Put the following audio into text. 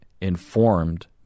informed